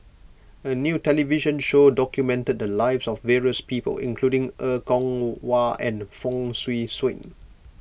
a new television show documented the lives of various people including Er Kwong Wah and Fong Swee Suan